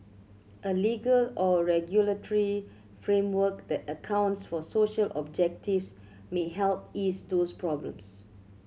a legal or regulatory framework that accounts for social objectives may help ease those problems